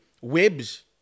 webs